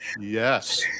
Yes